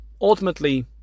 ultimately